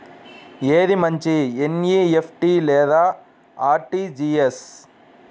ఏది మంచి ఎన్.ఈ.ఎఫ్.టీ లేదా అర్.టీ.జీ.ఎస్?